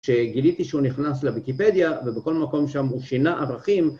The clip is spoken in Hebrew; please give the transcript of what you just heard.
שגיליתי שהוא נכנס לויקיפדיה ובכל מקום שם הוא שינה ערכים